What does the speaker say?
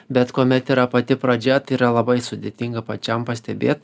bet kuomet yra pati pradžia tai yra labai sudėtinga pačiam pastebėt